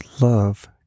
love